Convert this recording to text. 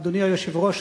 אדוני היושב-ראש,